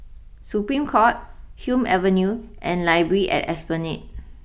Supreme court Hume Avenue and library at Esplanade